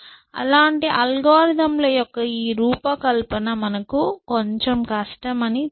అలాంటి అల్గోరిథంల యొక్క ఈ రూపకల్పన మనకు కొంచెం కష్టమని తెలుసు